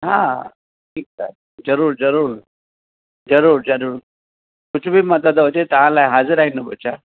हा ठीकु आहे ज़रूरु ज़रूरु ज़रूरु ज़रूरु कुझु बि मदद हुजे तव्हां लाइ हाज़िरु आहियूं न ॿचा